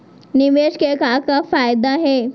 निवेश के का का फयादा हे?